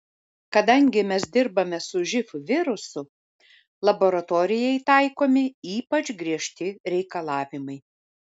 kadangi mes dirbame su živ virusu laboratorijai taikomi ypač griežti reikalavimai